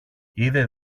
είδε